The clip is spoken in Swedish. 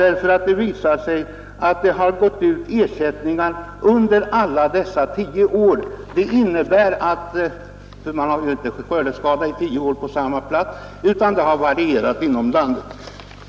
Ersättningar har utbetalats under alla dessa tio år. Skördeskadorna har inte inträffat på samma plats varje år utan är fördelade över landet.